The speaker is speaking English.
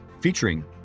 featuring